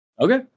Okay